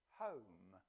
home